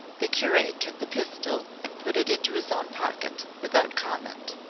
the curate took the pistol and put it into his own pocket without comment.